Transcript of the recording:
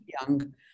young